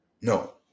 no